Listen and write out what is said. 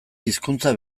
hizkuntza